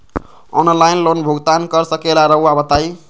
Online loan भुगतान कर सकेला राउआ बताई?